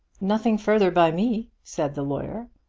nothing further by me, said the lawyer.